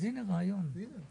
את